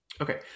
Okay